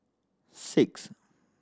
six